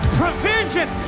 provision